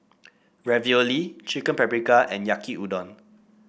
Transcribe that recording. Ravioli Chicken Paprikas and Yaki Udon